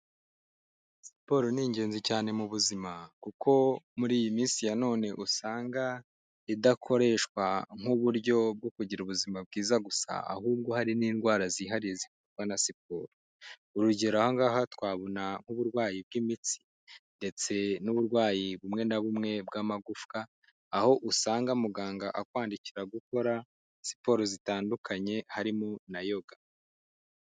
Siporo ni ingenzi cyane mu buzima kuko muri iyi minsi ya none usanga idakoreshwa nk'uburyo bwo kugira ubuzima bwiza gusa, ahubwo hari n'indwara zihariye zivurwa na siporo, urugero: aha ngaha twabona nk'uburwayi bw'imitsi ndetse n'uburwayi bumwe na bumwe bw'amagufwa aho usanga muganga akwandikira gukora siporo zitandukanye, harimo na yoga.